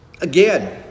Again